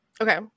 Okay